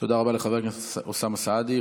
תודה רבה לחבר הכנסת אוסאמה סעדי.